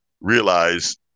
realize